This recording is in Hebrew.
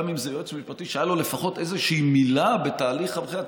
גם אם זה יועץ שהייתה לו לפחות איזושהי מילה בתהליך הבחירה.